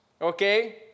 Okay